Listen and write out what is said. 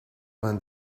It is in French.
vingt